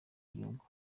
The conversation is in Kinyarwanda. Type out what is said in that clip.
igihugu